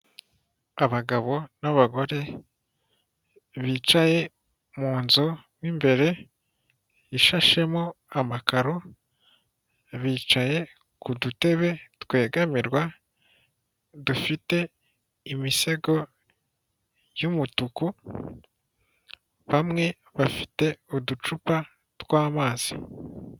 Abagabo n'abagore bicaye mu nzu mo imbere ishashemo amakaro bicaye ku dutebe twegamirwa dufite imisego y'umutuku, bamwe bafite uducupa twamazi.